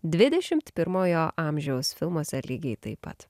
dvidešimt pirmojo amžiaus filmuose lygiai taip pat